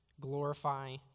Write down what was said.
glorify